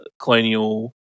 colonial